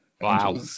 Wow